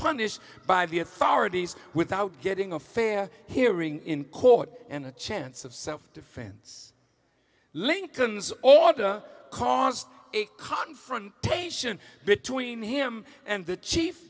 punished by the authorities without getting a fair hearing in court and a chance of self defense lincoln's oughta cause a confrontation between him and the chief